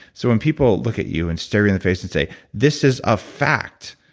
so when people look at you and stare you in the face and say, this is a fact,